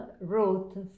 wrote